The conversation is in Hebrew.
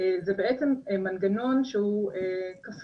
זה בעצם מנגנון שהוא כפול.